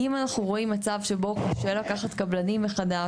אם אנחנו רואים מצב שבו קשה לקחת קבלנים מחדש,